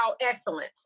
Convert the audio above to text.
excellence